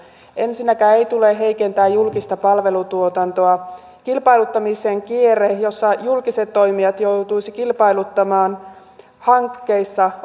ensinnäkään ei tule heikentää julkista palvelutuotantoa kilpailuttamisen kierre jossa julkiset toimijat joutuisivat kilpailuttamaan hankkeissa